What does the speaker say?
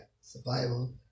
survival